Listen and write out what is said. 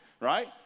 right